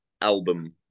album